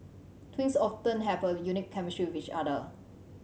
twins often have a unique chemistry with each other